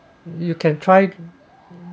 you can try